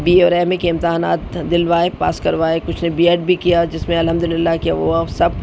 be A اور M A کے امتحانات دلوائے پاس کروائے کچھ نے بی ایڈ بھی کیا جس میں الحمد للہ کیا وہ سب